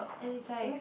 and it's like